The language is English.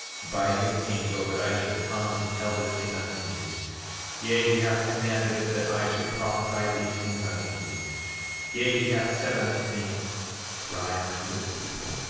by his angel, that i should come and tell this thing unto you yea, he hath commanded that i should prophesy these things unto you yea, he hath said unto me cry unto this people,